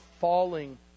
falling